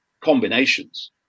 combinations